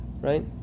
right